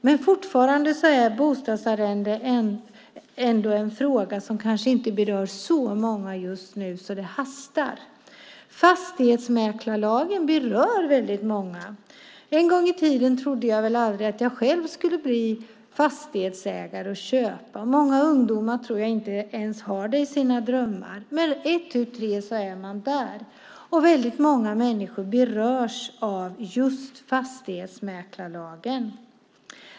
Men bostadsarrende är en fråga som kanske inte berör så många just nu att det hastar. Fastighetsmäklarlagen berör väldigt många. En gång i tiden trodde jag aldrig att jag själv skulle bli fastighetsägare och köpa en fastighet. Många ungdomar har det inte ens i sina drömmar, tror jag. Men ett tu tre är man där. Och väldigt många människor berörs av just fastighetsmäklarlagen.